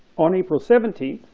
on april seventeenth,